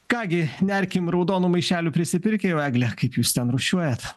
ką gi nerkim raudonų maišelių prisipirkę jau egle kaip jūs ten rūšiuojat